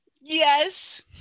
yes